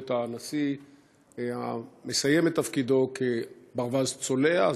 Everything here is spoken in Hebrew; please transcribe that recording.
את הנשיא המסיים את תפקידו כברווז צולע.